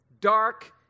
dark